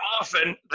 often